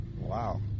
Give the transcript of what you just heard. wow